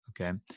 okay